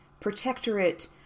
protectorate